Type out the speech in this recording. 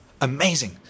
Amazing